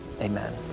amen